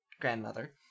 grandmother